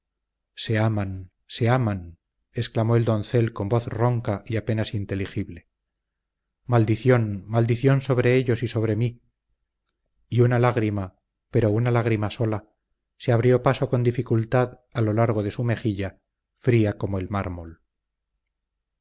se aman se aman exclamó el doncel con voz ronca y apenas inteligible maldición maldición sobre ellos y sobre mí y una lágrima pero una lágrima sola se abrió paso con dificultad a lo largo de su mejilla fría como el mármol